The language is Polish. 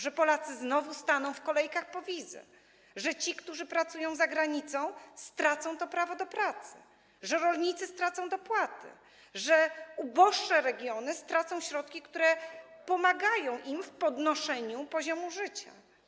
Że Polacy znowu staną w kolejkach po wizy, że ci, którzy pracują za granicą, stracą to prawo do pracy, że rolnicy stracą dopłaty, że uboższe regiony stracą środki, które pomagają im w podnoszeniu poziomu życia.